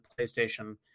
PlayStation